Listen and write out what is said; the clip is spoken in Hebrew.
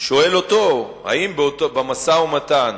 שואל אותו האם במשא-ומתן,